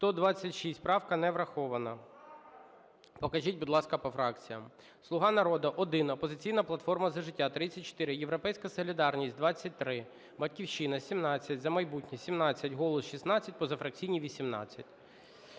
За-126 Правка не врахована. Покажіть, будь ласка, по фракціях. "Слуга народу" – 1, "Опозиційна платформа - За життя" – 34, "Європейська солідарність" – 23, "Батьківщина" – 17, "За майбутнє" – 17, "Голос" – 16, позафракційні – 18.